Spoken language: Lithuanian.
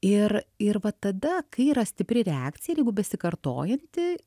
ir ir va tada kai yra stipri reakcija ir jeigu besikartojanti